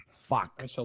Fuck